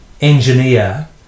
engineer